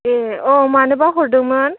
ए औ मानोबा हरदोंमोन